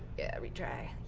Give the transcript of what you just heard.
yeah, retry.